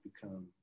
become